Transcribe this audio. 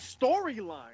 storyline